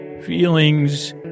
feelings